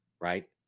right